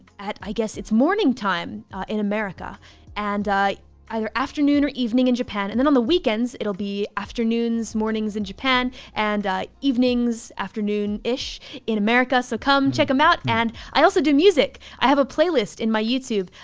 i guess it's morning time in america and either afternoon or evening in japan. and then on the weekends, it'll be afternoons mornings in japan and evenings afternoon ish in america. so come check them out. and i also do music. i have a playlist in my youtube,